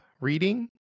reading